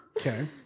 Okay